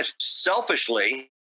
selfishly